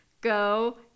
go